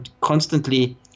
constantly